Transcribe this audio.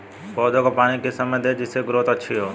पौधे को पानी किस समय दें जिससे ग्रोथ अच्छी हो?